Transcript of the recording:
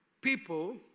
people